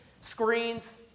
screens